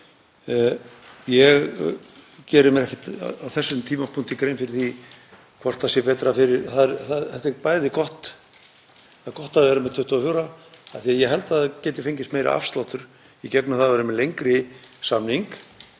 Ég geri mér ekki á þessum tímapunkti grein fyrir því hvort sé betra. Það er gott að vera með 24 mánuði af því að ég held að það geti fengist meiri afsláttur í gegnum það að vera með lengri samning